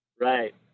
Right